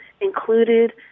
included